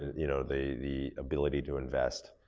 you know, the the ability to invest.